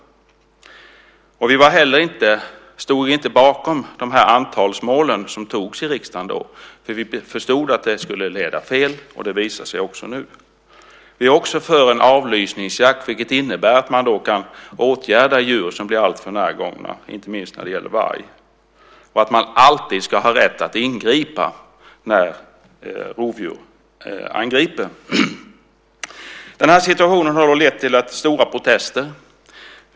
Vi stod inte bakom de antalsmål som antogs i riksdagen då, för vi förstod att de skulle leda fel, och det visar de sig också göra nu. Vi är också för en avlysningsjakt, vilket innebär att man kan åtgärda djur som blir alltför närgångna, inte minst varg, och att man alltid ska ha rätt att ingripa när rovdjur angriper. Den här situationen har lett till stora protester.